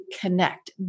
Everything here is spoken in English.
connect